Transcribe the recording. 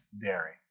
dairy